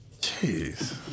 Jeez